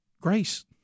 Grace